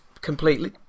completely